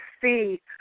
see